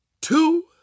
two